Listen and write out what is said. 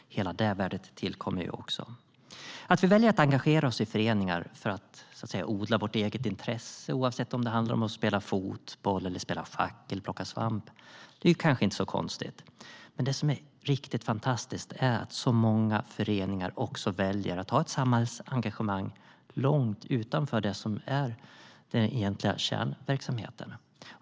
Hela det värdet tillkommer ju. Att vi väljer att engagera oss i föreningar för att odla vårt eget intresse - oavsett om det handlar om att spela fotboll, att spela schack eller att plocka svamp - är kanske inte så konstigt. Men det som är riktigt fantastiskt är att så många föreningar väljer att ha ett samhällsengagemang långt utanför det som är de egentliga kärnverksamheterna.